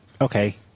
Okay